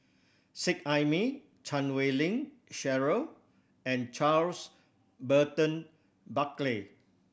Seet Ai Mee Chan Wei Ling Cheryl and Charles Burton Buckley